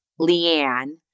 Leanne